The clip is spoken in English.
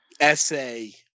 essay